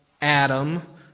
Adam